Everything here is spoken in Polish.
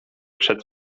przed